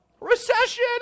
Recession